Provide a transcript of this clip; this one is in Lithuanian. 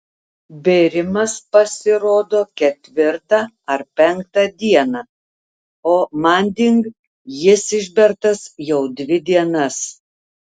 bėrimas pasirodo ketvirtą ar penktą dieną o manding jis išbertas jau dvi dienas